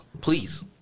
please